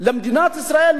למדינת ישראל,